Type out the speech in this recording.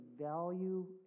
value